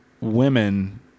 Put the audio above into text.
women